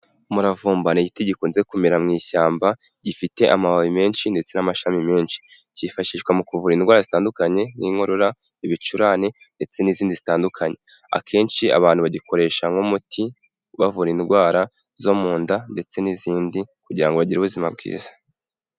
Umuravumba ni igiti gikunze kumera mu ishyamba gifite amababi menshi ndetse n'amashami menshi; cyifashishwa mu kuvura indwara zitandukanye nk'inkorora, ibicurane ndetse n'izindi zitandukanye; akenshi abantu bagikoresha nk'umuti; bavura indwara zo mu nda ndetse n'izindi kugira ngo bagire ubuzima bwiza.